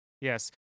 yes